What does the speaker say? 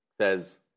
says